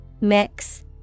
Mix